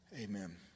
Amen